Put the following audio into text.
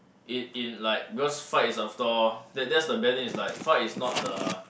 it in like because fight is after all that that's the bad thing like fight is not the